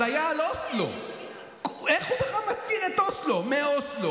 ואופיר מאשר.